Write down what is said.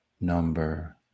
number